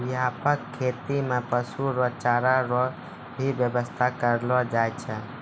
व्यापक खेती मे पशु रो चारा रो भी व्याबस्था करलो जाय छै